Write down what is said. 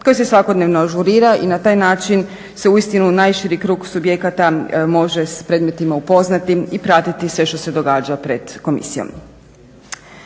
koji se svakodnevno ažurira i na taj način se uistinu najširi krug subjekata može s predmetima upoznati i pratiti sve što se događa pred komisijom.